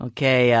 Okay